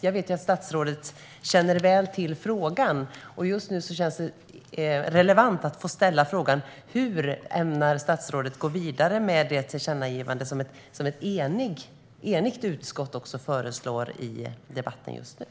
Jag vet ju att statsrådet känner till frågan väl, och just nu känns det relevant att ställa frågan hur statsrådet ämnar gå vidare med det tillkännagivande som ett enigt utskott föreslår i den pågående debatten.